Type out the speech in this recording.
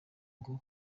ngo